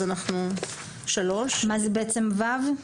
אז אנחנו --- מה זה, בעצם (ו)?